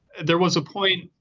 there was a point,